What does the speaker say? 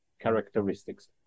characteristics